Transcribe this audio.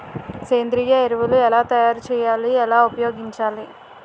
సేంద్రీయ ఎరువులు ఎలా తయారు చేయాలి? ఎలా ఉపయోగించాలీ?